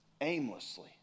aimlessly